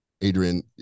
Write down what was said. Adrian